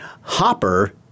Hopper